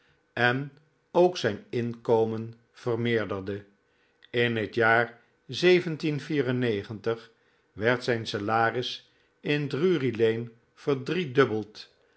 en ook zijn inkomen vermeerderde in het jaar werd zijn salaris in drury-lane verdriedubbeld